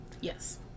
Yes